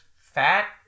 fat